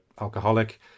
alcoholic